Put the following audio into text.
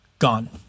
gone